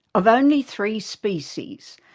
of only three species,